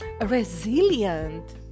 resilient